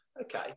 okay